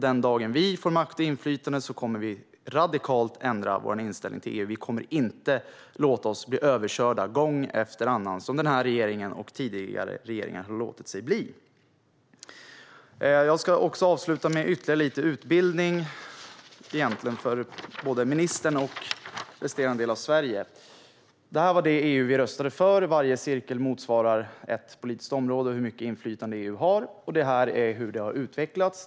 Den dagen vi får makt och inflytande kommer vi radikalt att ändra inställningen till EU. Vi kommer inte att låta oss bli överkörda gång efter annan, vilket denna regering och tidigare regering har låtit sig bli. Låt mig avsluta med ytterligare lite utbildning för ministern och resten av Sverige. Den nedre bilden visar det EU vi röstade för, och varje cirkel motsvarar ett politiskt område och hur mycket inflytande EU hade. Den övre bilden visar hur det har utvecklats.